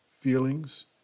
feelings